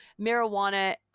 marijuana